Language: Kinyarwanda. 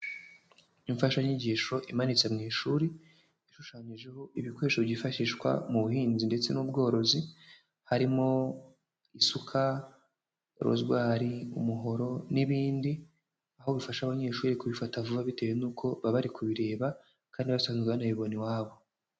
Imfashanyigisho imanitse mu ishuri ishushanyijeho ibikoresho byifashishwa mu buhinzi ndetse n'ubworozi, harimo isuka, rozwari, umuhoro n'ibindi, aho bifasha abanyeshuri kubifata vuba bitewe nuko baba bari kubireba kandi basanzwe banabibona iwabo.